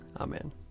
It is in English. Amen